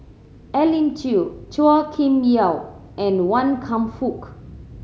Elim Chew Chua Kim Yeow and Wan Kam Fook